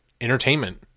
entertainment